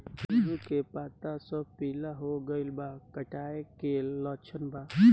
गेहूं के पता सब पीला हो गइल बा कट्ठा के लक्षण बा?